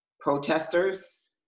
protesters